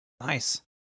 Nice